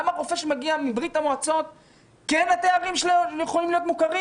למה רופא שמגיע מברה”מ התארים שלו כן יכולים להיות מוכרים,